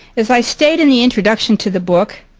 as i state in the introduction to the book,